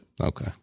Okay